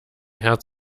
herd